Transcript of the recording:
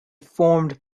formed